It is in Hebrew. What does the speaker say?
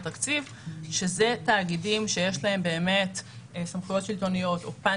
התקציב שאלה תאגידים שיש להם באמת סמכויות שלטוניות או פן